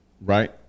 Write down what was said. Right